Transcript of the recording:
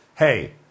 Hey